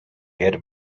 herde